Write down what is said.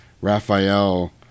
Raphael